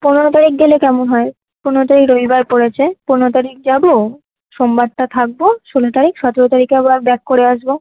পনেরো তারিখ গেলে কেমন হয় পনেরো তারিখ রবিবার পড়েছে পনেরো তারিখ যাবো সোমবারটা থাকবো ষোলো তারিখ সতেরো তারিখে আবার ব্যাক করে আসবো